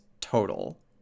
total